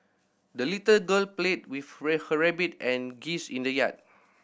the little girl played with her rabbit and geese in the yard